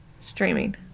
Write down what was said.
Streaming